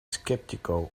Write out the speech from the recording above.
skeptical